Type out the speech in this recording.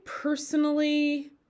personally